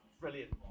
Brilliant